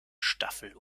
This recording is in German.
staffel